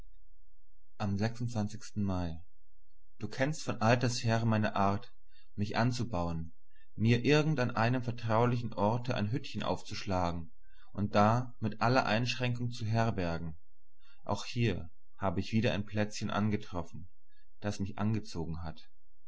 am mai du kennst von alters her meine art mich anzubauen mir irgend an einem vertraulichen orte ein hüttchen aufzuschlagen und da mit aller einschränkung zu herbergen auch hier habe ich wieder ein plätzchen angetroffen das mich angezogen hat